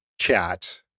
Chat